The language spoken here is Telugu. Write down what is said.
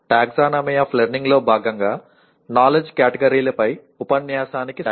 టాక్సానమీ ఆఫ్ లెర్నింగ్లో భాగంగా నాలెడ్జ్ కేటగిరీలపై ఉపన్యాసానికి స్వాగతం